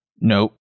Nope